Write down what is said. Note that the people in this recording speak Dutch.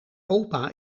opa